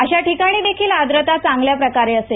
अश्या ठिकाणी देखील आर्द्रता चांगल्या प्रकारे असे